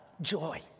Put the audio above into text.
joy